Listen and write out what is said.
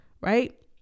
Right